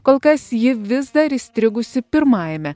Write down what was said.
kol kas ji vis dar įstrigusi pirmajame